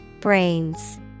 Brains